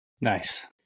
Nice